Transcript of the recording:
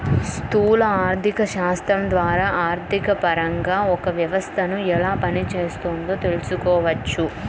స్థూల ఆర్థికశాస్త్రం ద్వారా ఆర్థికపరంగా ఒక వ్యవస్థను ఎలా పనిచేస్తోందో తెలుసుకోవచ్చు